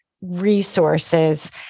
resources